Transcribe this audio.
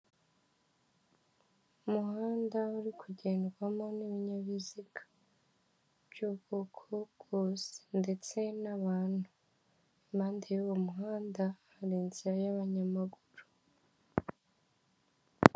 Umuhanda uri kugendwamo nibinyabiziga byubwoko bwose ndetse n'abantu, impande yuwo muhanda hari inzira y'abanyamaguru.